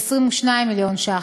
ב-22 מיליון ש"ח.